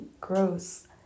Gross